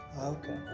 Okay